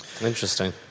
Interesting